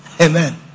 Amen